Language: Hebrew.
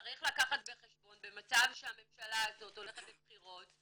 צריך לקחת בחשבון במצב שהממשלה הזאת הולכת לבחירות,